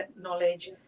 knowledge